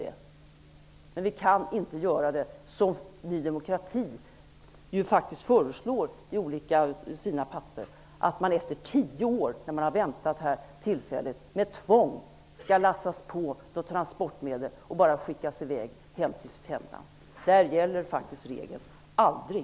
Men det skall inte göras på det sätt som Ny demokrati föreslår, dvs. att efter tio års väntande med tillfälliga uppehållstillstånd skall människor med tvång lastas på transportmedel och skickas i väg till sina hemländer. Där gäller regeln aldrig.